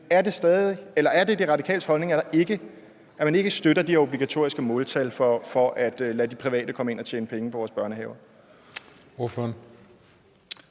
er det De Radikales holdning, at man ikke støtter de obligatoriske måltal for at lade de private komme ind og tjene penge på vores børnehaver?